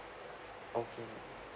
okay